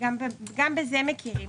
וגם בזה מכירים.